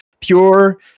Pure